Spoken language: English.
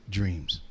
dreams